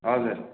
हजुर